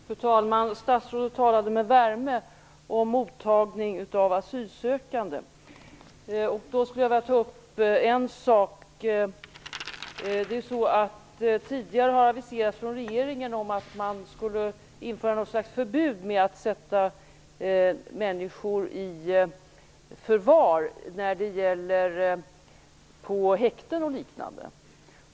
Fru talman! Statsrådet talade med värme om mottagning av asylsökande. Då skulle jag vilja ta upp en fråga. Tidigare har det aviserats från regeringen att man skulle införa något slags förbud mot att sätta människor i förvar på häkten och liknande.